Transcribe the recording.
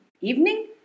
evening